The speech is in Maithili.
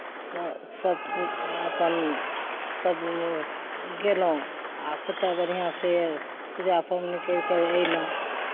सभकिछु अपन सभ गेलहुँ आ कतेक बढ़िआँसँ पूजा अपन करि कऽ अयलहुँ